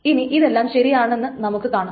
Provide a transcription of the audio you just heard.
ഇനി ഇതെല്ലാം ശരിയാണെന്ന് നമുക്ക് കാണാം